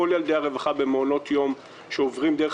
כל ילדי הרווחה במעונות היום שעוברים דרך